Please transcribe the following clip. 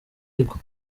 iragwa